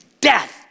death